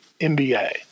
NBA